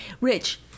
Rich